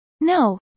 No